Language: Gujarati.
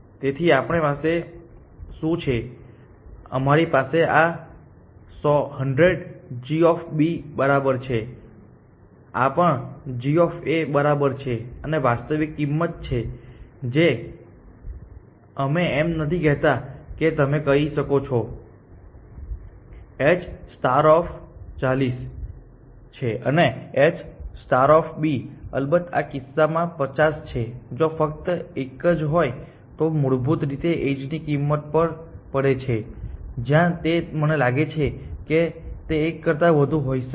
તેથી આપણી પાસે શું છે અમારી પાસે આ 100 g બરાબર છે આ પણ g બરાબર છે અને તે વાસ્તવિક કિંમત છે જે અમે એમ નથી કહેતા કે તમે કહી શકો છો કે એનો H 40 છે અને h અલબત્ત આ કિસ્સામાં 50 છે જો ફક્ત એક એજ હોય તો તે મૂળભૂત રીતે એજની કિંમત પર પડે છે જ્યાં તે મને લાગે છે કે તે એક કરતા વધુ હોઈ શકે છે